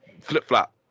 Flip-flop